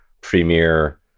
premier